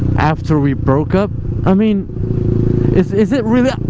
after we broke up i mean is is it really